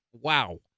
wow